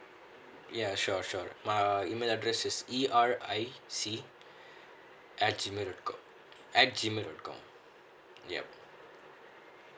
ya sure sure my email address is E R I C at G mail dot com at G mail dot com